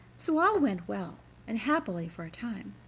so all went well and happily for a time,